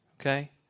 okay